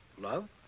love